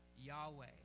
Yahweh